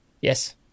Yes